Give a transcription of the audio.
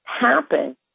happen